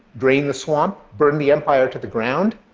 drain the swamp, burn the empire to the ground,